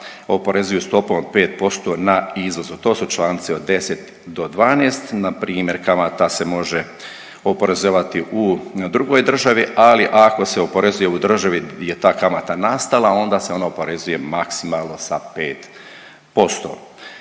oporezuju stopom od 5% na izvoz, a to su čl. 10. do 12., npr. kamata se može oporezovati u drugoj državi, ali ako se oporezuje u državi di je ta kamata nastala onda se ona oporezuje maksimalno sa 5%.